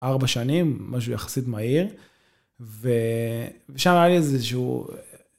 ארבע שנים, משהו יחסית מהיר, ושם היה לי איזה שהוא...